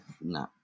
no